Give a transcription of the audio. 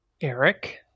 Eric